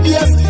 Yes